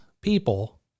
people